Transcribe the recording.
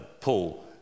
Paul